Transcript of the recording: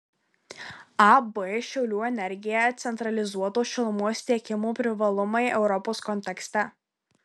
ab šiaulių energija centralizuoto šilumos tiekimo privalumai europos kontekste